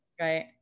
Right